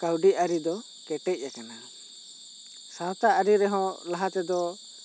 ᱠᱟᱹᱣᱰᱤ ᱟᱹᱨᱤ ᱫᱚ ᱠᱮᱴᱮᱡ ᱟᱠᱟᱱᱟ ᱥᱟᱶᱛᱟ ᱟᱹᱨᱤ ᱨᱮᱦᱚᱸ ᱞᱟᱦᱟ ᱛᱮᱫᱚ